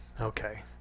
Okay